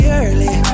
early